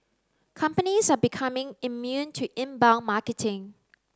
companies are becoming immune to inbound marketing